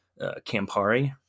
Campari